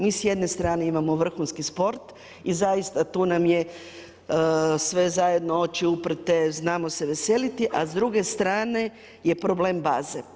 Mi s jedne strane imamo vrhunski sport i zaista tu nam je sve zajedno oči uprte, znamo se veseliti, a s druge strane je problem baze.